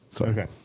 Okay